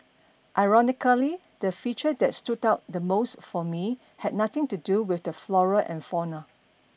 ironically the feature that stood out the most for me had nothing to do with the flora and fauna